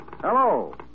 Hello